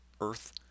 earth